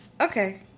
Okay